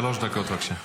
שלוש דקות, בבקשה.